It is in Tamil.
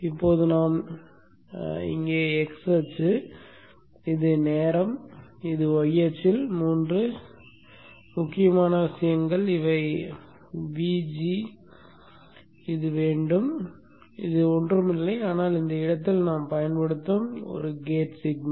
இப்போது நான் இங்கே x அச்சு இது நேர அச்சில் மற்றும் y அச்சில் மூன்று முக்கியமான விஷயங்கள் Vg வேண்டும் Vg ஒன்றும் இல்லை ஆனால் இந்த இடத்தில் நாம் பயன்படுத்தும் கேட் சிக்னல்